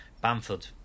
Bamford